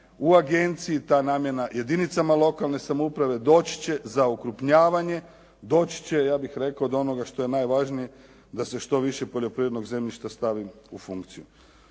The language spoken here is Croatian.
u agenciji ta namjena jedinicama lokalne samouprave doći će za okrupnjavanje, doći će, ja bih rekao do onoga što je najvažnije da se što više poljoprivrednog zemljišta stavi u funkciju.